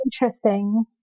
interesting